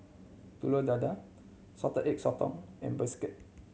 Telur Dadah Salted Egg Sotong and bistake